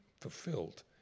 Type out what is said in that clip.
fulfilled